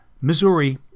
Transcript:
Missouri